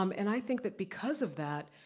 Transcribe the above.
um and i think that because of that,